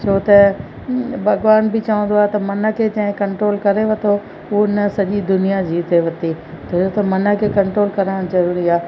छो त भॻिवान बि चवंदो आहे त मन खे जंहिं कंट्रोल करे वरितो हुन सॼी दुनिया जीते वरिती छो त मन खे कंट्रोल करणु ज़रूरी आहे